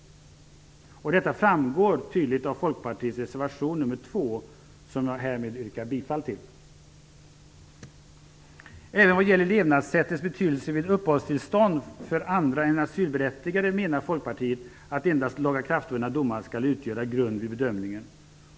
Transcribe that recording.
Detta framgår tydligt av Folkpartiets reservation nr 2, som jag härmed yrkar bifall till. Även vad gäller levnadssättets betydelse vid uppehållstillstånd för andra än asylberättigade menar Folkpartiet att endast lagakraftvunna domar skall utgöra grund för bedömningen.